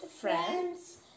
friends